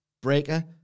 Breaker